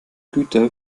güter